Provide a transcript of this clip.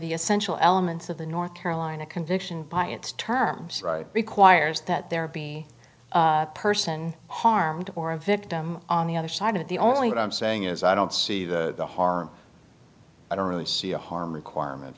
the essential elements of the north carolina conviction by its terms right requires that there be a person harmed or a victim on the other side of the only what i'm saying is i don't see the harm i don't really see a harm requirement